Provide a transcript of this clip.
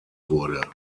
wurde